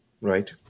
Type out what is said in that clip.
right